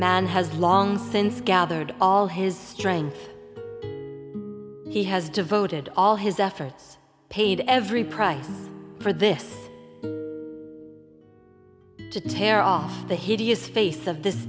man has long since gathered all his strength he has devoted all his efforts paid every price for this to tear off the hideous face of this